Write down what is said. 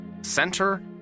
center